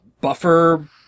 buffer